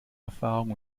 erfahrung